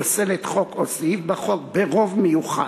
הפוסלת חוק או סעיף בחוק ברוב מיוחס.